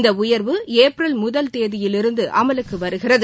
இந்த உயர்வு ஏப்ரல் முதல் தேதியிலிருந்து அமலுக்கு வருகிறது